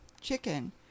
chicken